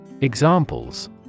Examples